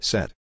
Set